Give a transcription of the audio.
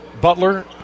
Butler